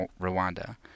Rwanda